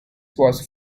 was